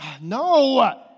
no